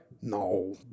No